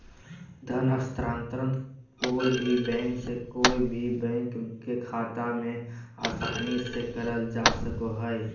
धन हस्तान्त्रंण कोय भी बैंक से कोय भी बैंक के खाता मे आसानी से करल जा सको हय